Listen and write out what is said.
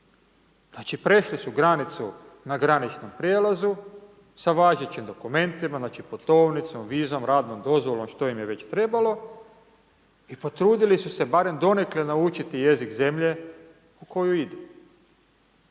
Znači prešli su granicu na graničnom prijelazu sa važećim dokumentima, znači putovnicom, vizom, radnom dozvolom, što im je već trebalo i potrudili su se barem donekle naučiti jezik zemlje u koju idu.